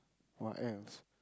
what else